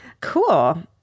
Cool